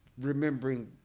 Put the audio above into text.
remembering